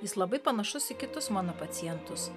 jis labai panašus į kitus mano pacientus